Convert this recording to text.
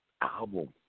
album